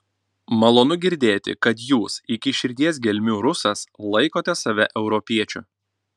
malonu girdėti kad jūs iki širdies gelmių rusas laikote save europiečiu